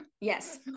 Yes